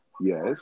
Yes